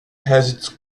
has